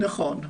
נכון.